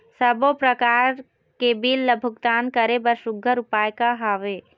सबों प्रकार के बिल ला भुगतान करे बर सुघ्घर उपाय का हा वे?